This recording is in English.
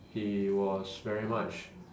he was very much